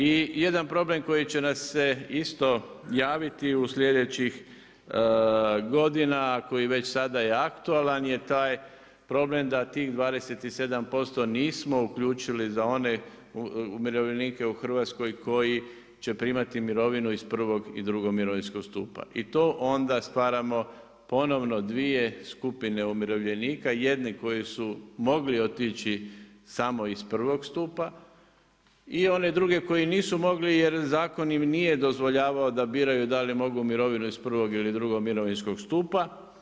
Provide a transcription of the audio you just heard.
I jedan problem koji će nas se isto javiti u slijedećih godina koji već sada je aktualan je taj problem da tih 27% nismo uključiti za one umirovljenike u Hrvatskoj koji će primati mirovinu iz prvog i drugog mirovinskog stupa i to onda stvaramo ponovno dvije skupine umirovljenika, jedni koji su mogli otići samo iz prvog stupa i one druge koji nisu mogli jer zakon im nije dozvoljavao da biraju da li mogu mirovinu iz prvog ili drugo mirovinskog stupa.